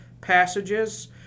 passages